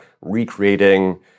recreating